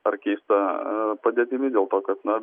ar keista a padėtimi dėl to kad na